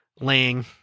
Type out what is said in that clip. laying